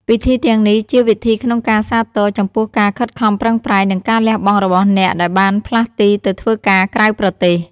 ពិធីទាំងនេះជាវិធីក្នុងការសាទរ ចំពោះការខិតខំប្រែង និងការលះបង់របស់អ្នកដែលបានផ្លាស់ទីទៅធ្វើការក្រៅប្រទេស។